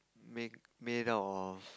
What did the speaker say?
make made out of